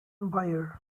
buyer